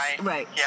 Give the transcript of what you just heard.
Right